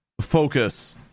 focus